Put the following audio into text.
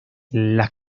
las